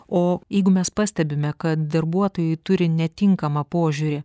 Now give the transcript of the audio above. o jeigu mes pastebime kad darbuotojai turi netinkamą požiūrį